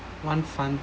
one fun